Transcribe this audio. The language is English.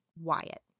Wyatt